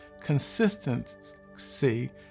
consistency